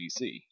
DC